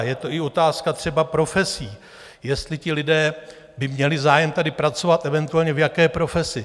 Je to i otázka třeba profesí, jestli ti lidé by měli zájem tady pracovat, eventuálně v jaké profesi.